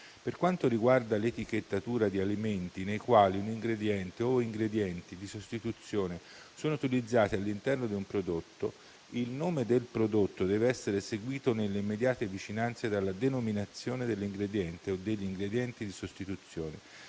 «Per quanto riguarda l'etichettatura di alimenti nei quali un ingrediente/ingredienti di sostituzione sono utilizzati all'interno di un prodotto, il nome del prodotto deve essere seguito nelle immediate vicinanze dalla denominazione dell'ingrediente/degli ingredienti di sostituzione,